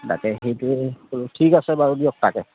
তাকে সেইটোৱে ক'লোঁ ঠিক আছে বাৰু দিয়ক তাকে